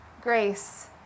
grace